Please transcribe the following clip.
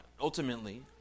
ultimately